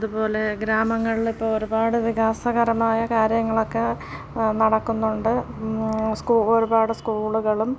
അതുപോലെ ഗ്രാമങ്ങളിലിപ്പോൾ ഒരുപാട് വികാസകരമായ കാര്യങ്ങളൊക്കെ നടക്കുന്നുണ്ട് സ്കൂ ഒരുപാട് സ്കൂളുകളും